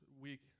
week